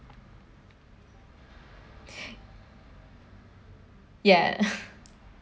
ya